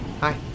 hi